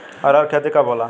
अरहर के खेती कब होला?